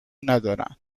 ندارن